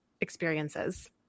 experiences